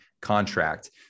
contract